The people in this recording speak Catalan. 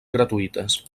gratuïtes